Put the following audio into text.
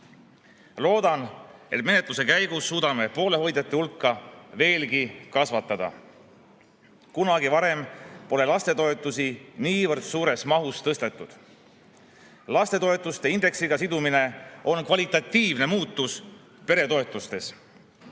Loodan, et menetluse käigus suudame poolehoidjate hulka veelgi kasvatada. Kunagi varem pole lastetoetusi niivõrd suures mahus tõstetud. Lastetoetuste sidumine indeksiga on kvalitatiivne muutus peretoetustes.